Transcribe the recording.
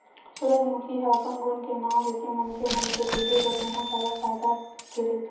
सूरजमूखी ह अपन गुन के नांव लेके मनखे मन के देहे बर बहुत जादा फायदा के रहिथे